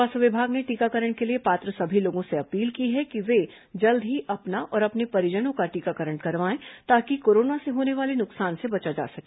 स्वास्थ्य विभाग ने टीकाकरण के लिए पात्र सभी लोगों से अपील की है कि वे जल्द ही अपना और अपने परिजनों का टीकाकरण कराएं ताकि कोरोना से होने वाले नुकसान से बचा जा सके